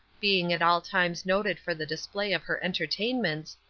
being at all times noted for the display of her entertainments,